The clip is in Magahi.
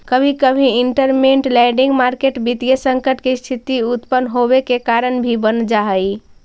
कभी कभी इंटरमेंट लैंडिंग मार्केट वित्तीय संकट के स्थिति उत्पन होवे के कारण भी बन जा हई